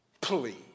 Please